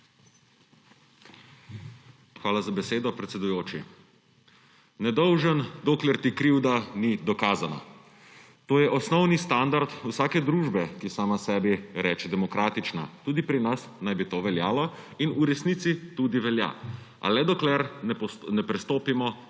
Hvala za besedo, predsedujoči. Nedolžen, dokler ti krivda ni dokazana – to je osnovni standard vsake družbe, ki sama sebi reče demokratična. Tudi pri nas naj bi to veljalo. In v resnici tudi velja, a le dokler ne prestopimo